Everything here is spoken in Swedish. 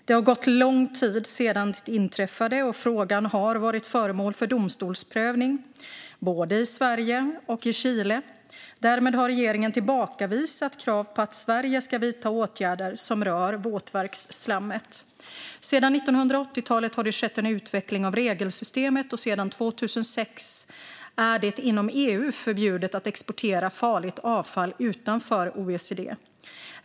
Det har gått lång tid sedan det inträffade, och frågan har varit föremål för domstolsprövning både i Sverige och i Chile. Regeringen har tillbakavisat krav på att Sverige ska vidta åtgärder som rör våtverksslammet. Sedan 1980-talet har det skett en utveckling av regelsystemet, och sedan 2006 är det inom EU förbjudet att exportera farligt avfall utanför OECD.